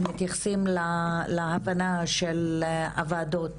שמתייחסים להבנה של הוועדות,